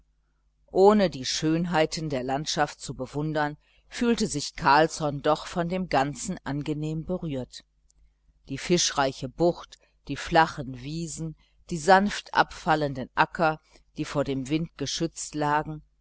ohne die schönheiten der landschaft zu bewundern fühlte sich carlsson doch von dem ganzen angenehm berührt die fischreiche bucht die flachen wiesen die sanft abfallenden acker die vor dem wind geschützt lagen